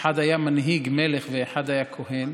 אחד היה מנהיג, מלך, ואחד היה כוהן,